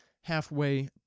halfway